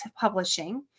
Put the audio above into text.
Publishing